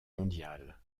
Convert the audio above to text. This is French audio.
mondial